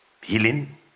Healing